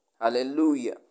Hallelujah